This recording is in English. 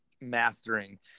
mastering